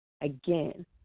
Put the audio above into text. Again